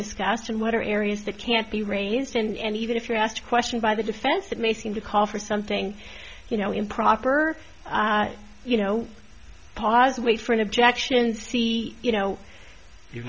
discussed and what are areas that can't be raised and even if you're asked a question by the defense it may seem to call for something you know improper you know pause wait for an objection see you know you